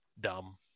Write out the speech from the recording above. dumb